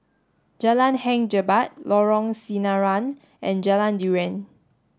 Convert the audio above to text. Jalan Hang Jebat Lorong Sinaran and Jalan durian